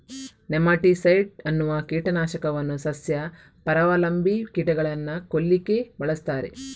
nematicide ಅನ್ನುವ ಕೀಟ ನಾಶಕವನ್ನ ಸಸ್ಯ ಪರಾವಲಂಬಿ ಕೀಟಗಳನ್ನ ಕೊಲ್ಲಿಕ್ಕೆ ಬಳಸ್ತಾರೆ